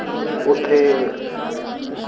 उत्थै